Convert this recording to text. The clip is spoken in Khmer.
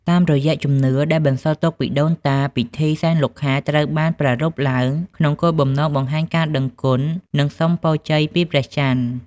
តាមរយៈជំនឿដែលបន្សល់ទុកពីដូនតា ពិធីសែនលោកខែត្រូវបានប្រារព្ធឡើងក្នុងគោលបំណងបង្ហាញការដឹងគុណ និងសុំពរជ័យពីព្រះច័ន្ទ។